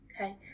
Okay